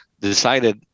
decided